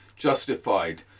justified